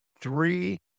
three